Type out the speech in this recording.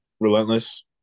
Relentless